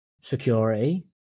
security